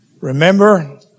Remember